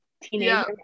teenager